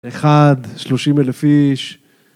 אחד, שלושים אלף איש.